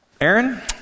Aaron